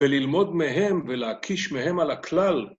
וללמוד מהם ולהקיש מהם על הכלל.